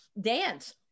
dance